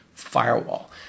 Firewall